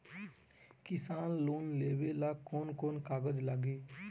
किसान लोन लेबे ला कौन कौन कागज लागि?